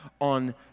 on